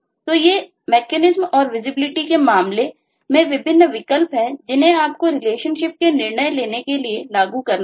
तो ये मैकेनिज्म के मामले में विभिन्न विकल्प हैं जिन्हें आपको रिलेशनशिप के निर्णय लेने के लिए लागू करना होगा